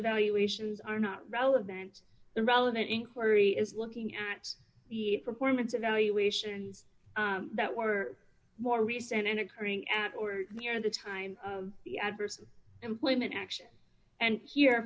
evaluations are not relevant the relevant inquiry is looking at performance evaluations that were more recent and occurring at or near the time of the adverse employment action and here